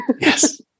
Yes